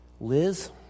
Liz